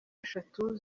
eshatu